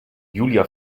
julia